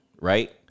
right